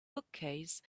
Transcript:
bookcase